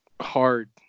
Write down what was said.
hard